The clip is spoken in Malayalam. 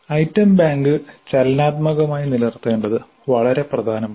ഐറ്റം ബാങ്ക് ചലനാത്മകമായി നിലനിർത്തേണ്ടത് വളരെ പ്രധാനമാണ്